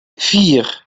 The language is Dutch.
vier